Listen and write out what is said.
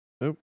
Nope